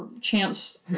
chance